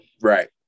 Right